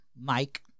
Mike